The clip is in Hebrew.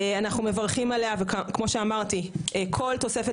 אנחנו מברכים עליה וכמו שאמרתי כל תוספת